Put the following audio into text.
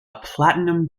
platinum